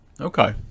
okay